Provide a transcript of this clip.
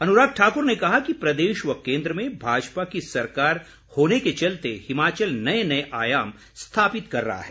अनुराग ठाक्र ने कहा कि प्रदेश व केन्द्र में भाजपा की सरकार होने के चलते हिमाचल नए नए आयाम स्थापित कर रहा है